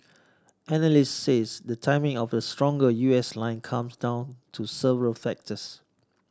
analysts say the timing of the stronger U S line comes down to several factors